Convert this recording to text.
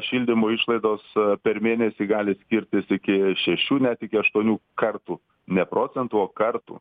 šildymo išlaidos per mėnesį gali skirtis iki šešių net iki aštuonių kartų ne procentų o kartų